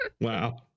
wow